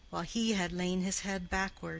while he had laid his head backward,